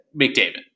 McDavid